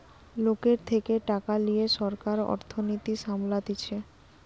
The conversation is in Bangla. লোকের থেকে টাকা লিয়ে সরকার অর্থনীতি সামলাতিছে